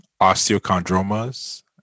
osteochondromas